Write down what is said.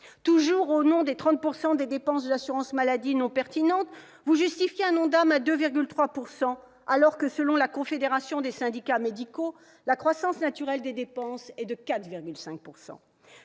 Toujours au nom des 30 % des dépenses de l'assurance maladie non pertinentes, vous justifiez un ONDAM à 2,3 % alors que, selon la Confédération des syndicats médicaux français, la croissance naturelle des dépenses est de 4,5 %.